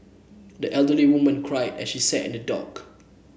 the elderly woman cried as she sat in the dock